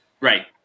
Right